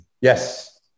Yes